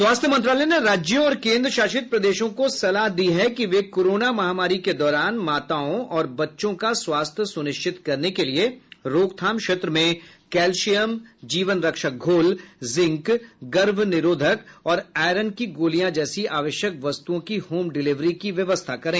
स्वास्थ्य मंत्रालय ने राज्यों और केन्द्र शासित प्रदेशों को सलाह दी है कि वे कोरोना महामारी के दौरान माताओं और बच्चों का स्वास्थ्य सुनिश्चित करने के लिए रोकथाम क्षेत्र में कैल्शियम जीवन रक्षक घोल जिंक गर्भ निरोधक और आयरन की गोलियों जैसी आवश्यक वस्तुओं की होम डिलिवरी की व्यवस्था करें